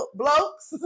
blokes